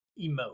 emote